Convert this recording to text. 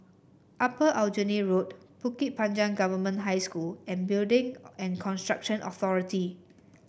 Upper Aljunied Road Bukit Panjang Government High School and Building and Construction Authority